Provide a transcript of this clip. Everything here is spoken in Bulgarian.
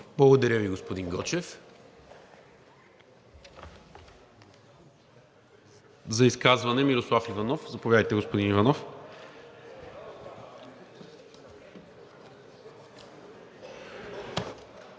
Благодаря Ви, господин Гочев. За изказване – Мирослав Иванов. Заповядайте, господин Иванов.